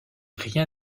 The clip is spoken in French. rien